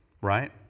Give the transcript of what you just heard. right